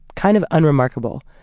kind of unremarkable.